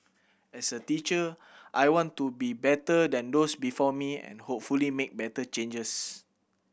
as a teacher I want to be better than those before me and hopefully make better changes